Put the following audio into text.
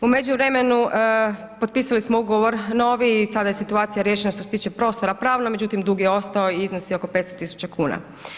U međuvremenu, potpisali smo ugovor novi i sada je situacija riješena što se tiče prostora pravno, međutim dug je ostao i iznosi oko 500.000 kuna.